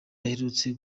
aherutse